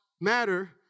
Matter